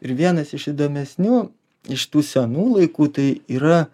ir vienas iš įdomesnių iš tų senų laikų tai yra